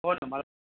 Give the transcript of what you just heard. हो ना मला